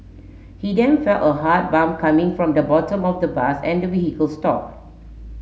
he then felt a hard bump coming from the bottom of the bus and the vehicle stop